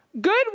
good